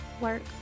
work